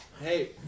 Hey